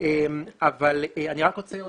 רוצה לומר